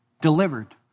delivered